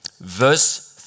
Verse